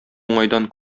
уңайдан